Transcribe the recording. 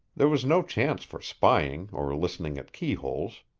there was no chance for spying or listening at keyholes,